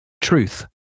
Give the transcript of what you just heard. truth